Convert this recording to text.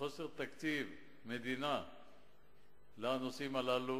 מחוסר תקציב מדינה לנושאים הללו